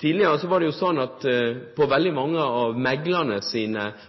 Tidligere var det slik at på veldig mange av meglernes